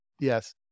Yes